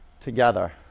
together